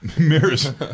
Mirrors